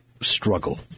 struggle